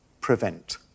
prevent